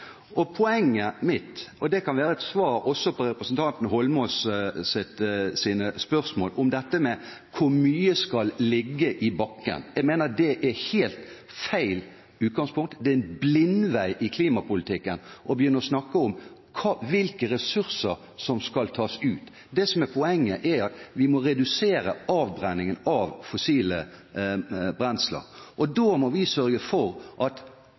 kan også være et svar på representanten Eidsvoll Holmås’ spørsmål: Hvor mye skal ligge i bakken? Jeg mener det er helt feil utgangspunkt. Det er en blindvei i klimapolitikken å begynne å snakke om hvilke ressurser som skal tas ut. Det som er poenget, er at vi må redusere avbrenningen av fossile brensler. Da må vi sørge for at